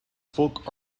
folk